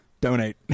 Donate